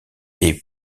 est